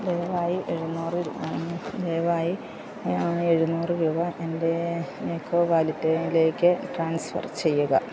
ദയവായി എഴുനൂറ് ദയവായി എഴുനൂറ് രൂപ എൻ്റെ എകോ വാലറ്റിലേക്ക് ട്രാൻസ്ഫർ ചെയ്യുക